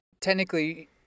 technically